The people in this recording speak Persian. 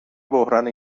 بحران